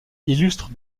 illustre